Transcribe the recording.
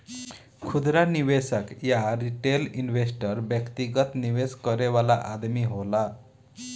खुदरा निवेशक या रिटेल इन्वेस्टर व्यक्तिगत निवेश करे वाला आदमी होला